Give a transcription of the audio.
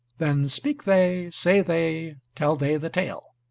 then speak they, say they, tell they the tale